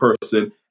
person